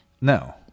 no